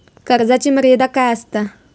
कर्जाची मर्यादा काय असता?